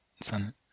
Senate